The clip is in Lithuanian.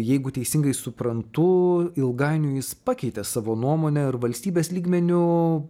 jeigu teisingai suprantu ilgainiui jis pakeitė savo nuomonę ir valstybės lygmeniu